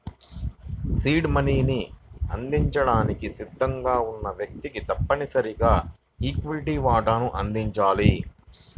seed మనీని అందించడానికి సిద్ధంగా ఉన్న వ్యక్తికి తప్పనిసరిగా ఈక్విటీ వాటాను అందించాలి